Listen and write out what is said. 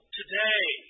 today